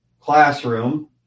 classroom